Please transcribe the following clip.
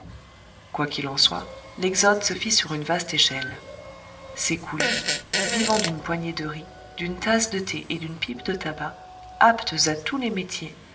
qu'il en soit l'exode se fit sur une vaste échelle ces coolies vivant d'une poignée de riz d'une tasse de thé et d'une pipe de tabac aptes à tous les métiers